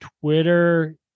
Twitter